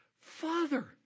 Father